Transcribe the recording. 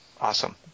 Awesome